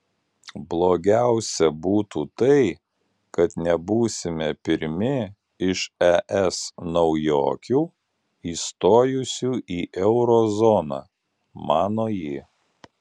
blogiausia būtų tai kad nebūsime pirmi iš es naujokių įstojusių į euro zoną mano ji